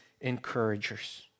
encouragers